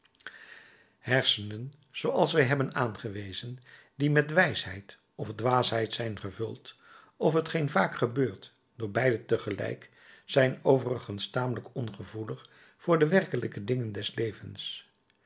hersenen zooals wij hebben aangewezen die met wijsheid of dwaasheid zijn gevuld of t geen vaak gebeurt door beide tegelijk zijn overigens tamelijk ongevoelig voor de werkelijke dingen des levens